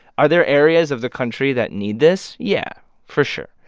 are there areas of the country that need this? yeah, for sure.